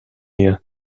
mir